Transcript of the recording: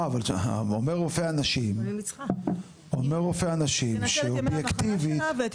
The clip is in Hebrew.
אבל אומר רופא הנשים שאובייקטיבית --- שתנצל את ימי המחלה שלה ואת